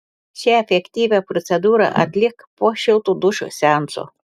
šią efektyvią procedūrą atlik po šilto dušo seanso